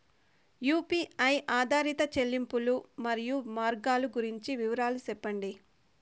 UPI ఆధారిత చెల్లింపులు, మరియు మార్గాలు గురించి వివరాలు సెప్పండి?